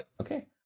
Okay